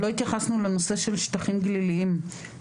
לא התייחסנו לנושא של שטחים גליליים.